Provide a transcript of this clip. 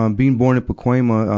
um being born in pacoima,